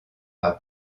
par